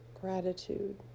gratitude